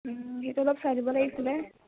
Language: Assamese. সেইটো অলপ চাই দিব লাগিছিলে